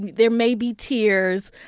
there may be tears.